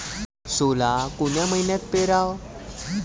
सोला कोन्या मइन्यात पेराव?